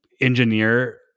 engineer